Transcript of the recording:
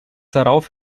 darauf